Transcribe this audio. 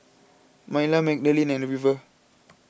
Myla Magdalene and River